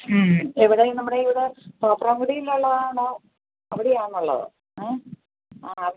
മ്മ് എവിടെയാണ് നമ്മുടെ വീട് തോപ്രാംകുടിയിൽ ഉള്ളതാണോ അവിടെയാണോ ഉള്ളത് മ്മ് ആ